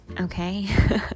okay